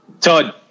Todd